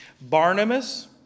Barnabas